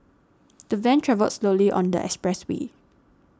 the van travelled slowly on the expressway